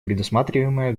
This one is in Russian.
предусматриваемого